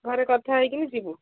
ଘରେ କଥା ହୋଇକି ଯିବୁ